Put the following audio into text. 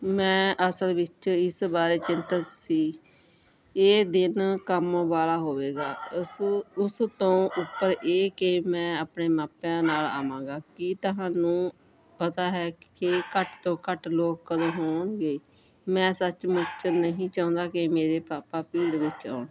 ਮੈਂ ਅਸਲ ਵਿੱਚ ਇਸ ਬਾਰੇ ਚਿੰਤਤ ਸੀ ਇਹ ਦਿਨ ਕੰਮ ਵਾਲਾ ਹੋਵੇਗਾ ਓਸੋਂ ਉਸ ਤੋਂ ਉੱਪਰ ਇਹ ਕਿ ਮੈਂ ਆਪਣੇ ਮਾਪਿਆਂ ਨਾਲ ਆਵਾਂਗਾ ਕੀ ਤੁਹਾਨੂੰ ਪਤਾ ਹੈ ਕਿ ਘੱਟ ਤੋਂ ਘੱਟ ਲੋਕ ਕਦੋਂ ਹੋਣਗੇ ਮੈਂ ਸੱਚਮੁੱਚ ਨਹੀਂ ਚਾਹੁੰਦਾ ਕਿ ਮੇਰੇ ਪਾਪਾ ਭੀੜ ਵਿੱਚ ਆਉਣ